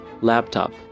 Laptop